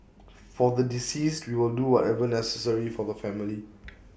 for the deceased we will do whatever necessary for the family